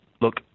Look